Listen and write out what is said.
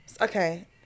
okay